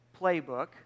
playbook